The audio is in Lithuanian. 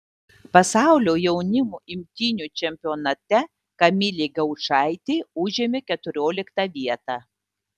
pasaulio jaunimo imtynių čempionate kamilė gaučaitė užėmė keturioliktą vietą